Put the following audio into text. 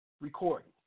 recording